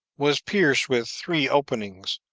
was pierced with three openings,